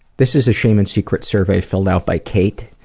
this is a shame and secrets survey filled out by kate.